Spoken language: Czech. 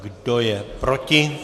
Kdo je proti?